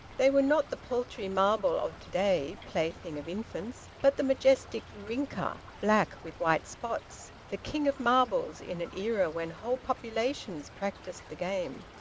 they were not the paltry marble of to-day, plaything of infants, but the majestic rinker, black with white spots, the king of marbles in an era when whole populations practised the game.